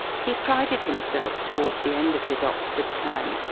he prided himself, towards the end of his oxford time,